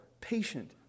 patient